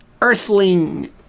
earthling